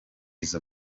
izo